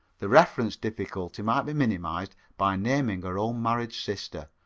the reference difficulty might be minimised by naming her own married sister,